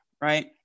Right